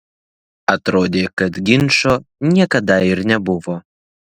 atrodė kad ginčo niekada ir nebuvo